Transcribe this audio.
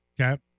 Okay